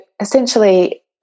essentially